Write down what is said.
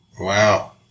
Wow